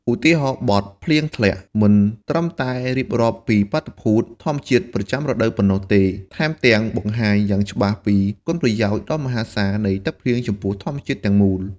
ឧទាហរណ៍បទ "ភ្លៀងធ្លាក់" មិនត្រឹមតែរៀបរាប់ពីបាតុភូតធម្មជាតិប្រចាំរដូវប៉ុណ្ណោះទេ ថែមទាំងបង្ហាញយ៉ាងច្បាស់ពីគុណប្រយោជន៍ដ៏មហាសាល នៃទឹកភ្លៀងចំពោះធម្មជាតិទាំងមូល។